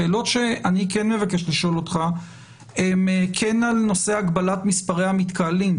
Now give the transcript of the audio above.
השאלות שאני כן מבקש לשאול אותך הן כן על נושא הגבלת מספרי המתקהלים.